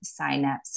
signups